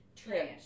Trash